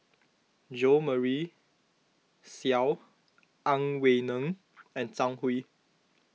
Jo Marion Seow Ang Wei Neng and Zhang Hui